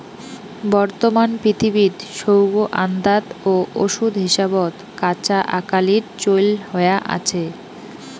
বর্তমান পৃথিবীত সৌগ আন্দাত ও ওষুধ হিসাবত কাঁচা আকালির চইল হয়া আছে